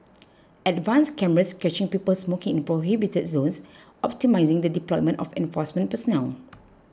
advanced cameras catching people smoking in prohibited zones optimising the deployment of enforcement personnel